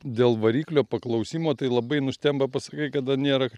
dėl variklio paklausimo tai labai nustemba pasakai kada nėra